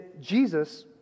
Jesus